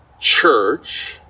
church